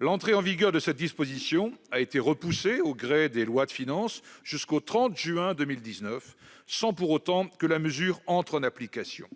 L'entrée en vigueur de cette disposition a été repoussée au gré des lois de finances jusqu'au 30 juin 2019, sans pour autant que la mesure entre en application.